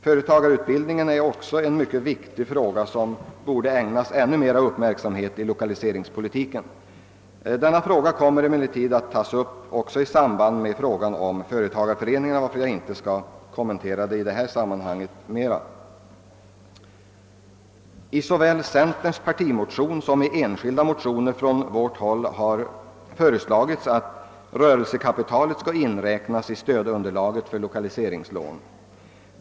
Företagarutbildning är också en mycket viktig angelägenhet som borde ägnas ännu mer uppmärksamhet i lokaliseringspolitiken. Denna fråga kommer emellertid att tas upp i samband med behandlingen av frågan om företagareföreningarna, varför jag i detta sammanhang inte går närmare in på saken. I såväl centerns partimotion som i enskilda motioner från centerhåll har föreslagits att rörelsekapitalet skall inräknas i stödunderlaget för lokaliseringslån.